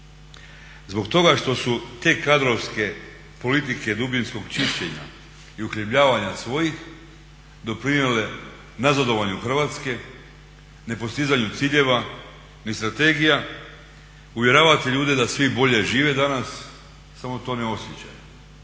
Zbog toga što su te kadrovske politike dubinskog čišćenja i uhljebljavanja svojih doprinijele nazadovanju Hrvatske, nepostizanju ciljeva ni strategija, uvjeravati ljude da svi bolje žive danas samo to ne osjećaju.